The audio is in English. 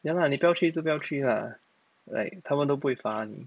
ya lah 你不要去就不要去 lah like 他们都不会罚你